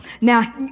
Now